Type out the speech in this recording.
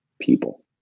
people